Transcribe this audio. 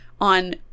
on